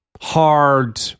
hard